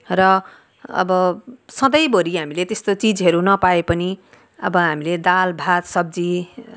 र अब सधैँभरि हामीले त्यस्तो चिजहरू नपाए पनि अब हामीले दाल भात सब्जी